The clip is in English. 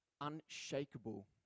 unshakable